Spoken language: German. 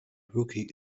rookie